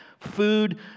Food